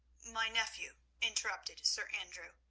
my nephew, interrupted sir andrew.